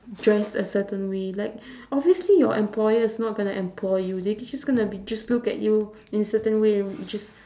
dress a certain way like obviously your employer is not going to employ you they be just gonna be just look at you in a certain way and w~ just